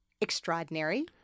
extraordinary